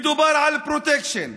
מדובר על פרוטקשן,